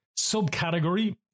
subcategory